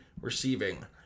receiving